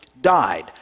died